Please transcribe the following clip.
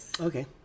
Okay